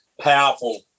powerful